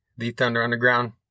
TheThunderUnderground